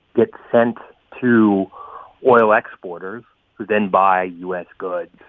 gets sent through oil exporters who then buy u s. goods.